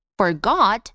forgot